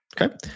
Okay